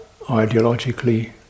ideologically